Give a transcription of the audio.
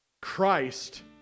Christ